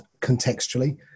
contextually